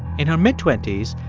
in her mid twenty s,